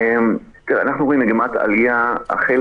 אנחנו רואים החל